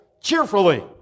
cheerfully